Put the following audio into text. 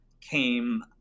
came